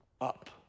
up